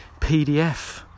PDF